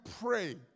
pray